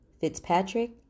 Fitzpatrick